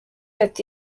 ati